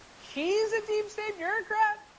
he's a deep state bureaucrat!